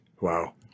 Wow